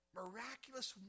miraculous